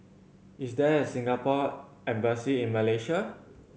is there a Singapore Embassy in Malaysia